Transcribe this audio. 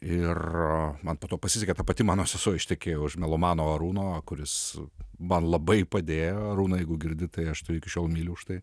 ir man po to pasisekė ta pati mano sesuo ištekėjo už melomano arūno kuris man labai padėjo arūnai jeigu girdi tai aš tave iki šiol myliu už tai